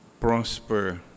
prosper